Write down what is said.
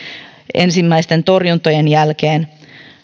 ensimmäisten torjuntojen jälkeen selkeästi